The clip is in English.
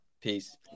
Peace